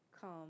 come